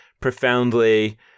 profoundly